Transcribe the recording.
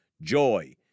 joy